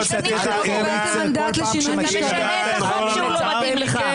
--- אתה משנה את החוק כשהוא לא מתאים לך.